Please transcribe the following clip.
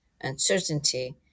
uncertainty